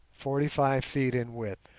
forty-five feet in width.